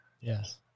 Yes